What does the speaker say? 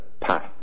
path